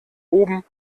oben